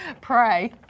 Pray